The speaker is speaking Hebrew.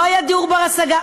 לא היה דיור בר-השגה.